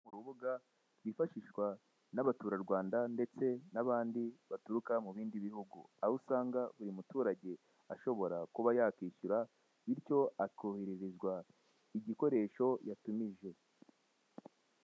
Urubuga rwifashishwa n'abatura Rwanda ndetse n'abandi baturuka mu bindi bihugu, aho usanga uyu muturage ashobora kuba yakishyura bityo akohererezwa igikoresho yatumije.